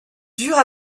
dure